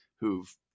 who've